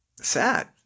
sad